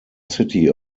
city